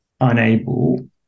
unable